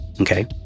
okay